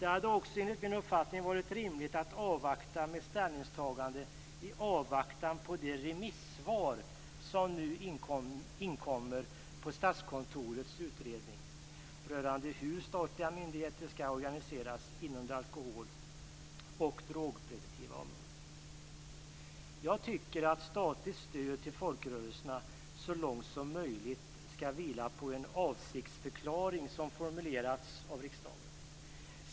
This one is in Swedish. Det hade också varit rimligt att avvakta med ställningstagandet i avvaktan på det remissvar som nu inkommer på Statskontorets utredning rörande hur statliga myndigheter skall organiseras inom det alkohol och drogpreventiva området. Jag tycker att statligt stöd till folkrörelserna så långt som möjligt skall vila på en avsiktsförklaring som formulerats av riksdagen.